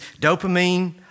dopamine